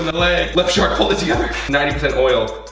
leg. left shark, pull it together! ninety percent oil.